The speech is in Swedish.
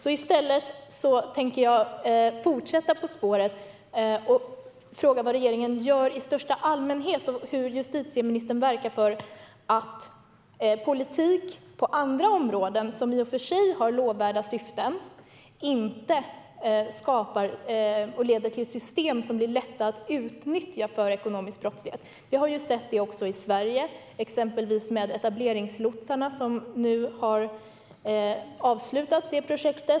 I stället tänker jag fortsätta på spåret och fråga vad regeringen gör i största allmänhet och hur justitieministern verkar för att politik på andra områden, som i och för sig har lovvärda syften, inte leder till system som blir lätta att utnyttja för ekonomisk brottslighet. Vi har ju sett det också i Sverige, exempelvis med etableringslotsarna. Det projektet har nu avslutats.